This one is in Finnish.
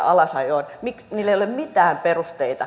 niille ei ole mitään perusteita